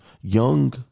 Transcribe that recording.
young